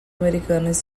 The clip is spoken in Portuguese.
americanos